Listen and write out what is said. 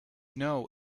know